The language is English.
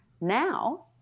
Now